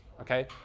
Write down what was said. okay